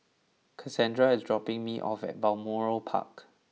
Cassandra is dropping me off at Balmoral Park